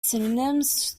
synonyms